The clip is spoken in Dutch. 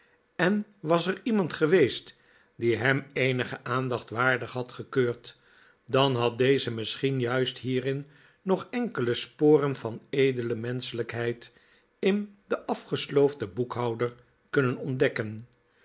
en was er iemand geweest die hem eenige aandacht waardig had gekeurd dan had deze misschien juist hierin nog enkele sporen van edele menschelijkheid in den afgesloofden boekhouder kunnen ontdekken